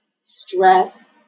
stress